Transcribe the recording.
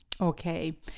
Okay